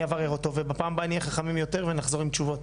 ובפעם הבאה נהיה חכמים יותר ונחזור עם תשובות.